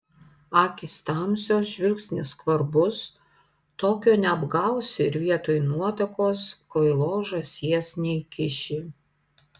akys tamsios žvilgsnis skvarbus tokio neapgausi ir vietoj nuotakos kvailos žąsies neįkiši